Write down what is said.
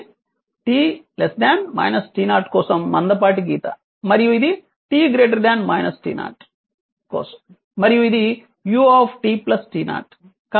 ఇది t t0 కోసం మందపాటి గీత మరియు ఇది t t0 కోసం మరియు ఇది ut t0